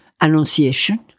Annunciation